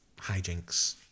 hijinks